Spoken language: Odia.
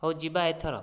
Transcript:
ହେଉ ଯିବା ଏଥର